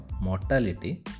mortality